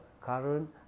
current